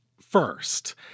first